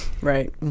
Right